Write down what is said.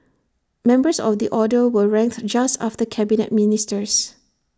members of the order were ranked just after Cabinet Ministers